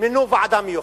מינו ועדה מיוחדת.